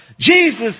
Jesus